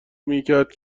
میکرد